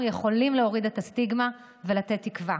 יכולים להוריד את הסטיגמה ולתת תקווה.